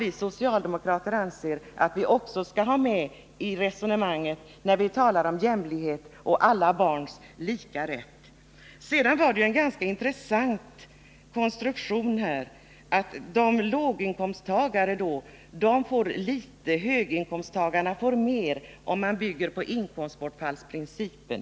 Vi socialdemokrater anser att också den gruppen skall vara med i resonemangen när det talas om jämlikhet och alla barns lika rätt. Sedan tycker jag att det är ganska intressant när Karin Söder talar om att låginkomsttagarna får litet och höginkomsttagarna får mer, om man bygger ett system på inkomstbortfallsprincipen.